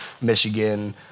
Michigan